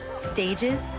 stages